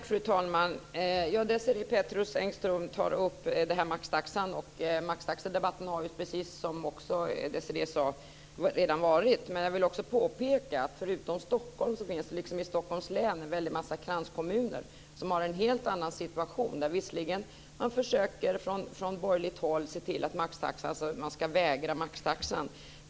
Fru talman! Desirée Pethrus Engström tar upp maxtaxan, och maxtaxedebatten har, precis som Desirée Pethrus Engström sade redan varit. Men jag vill också påpeka att förutom Stockholm finns det i Stockholms län en väldig massa kranskommuner som har en helt annan situation. Visserligen försöker man från borgerligt håll vägra maxtaxan.